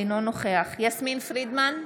אינו נוכח יסמין פרידמן,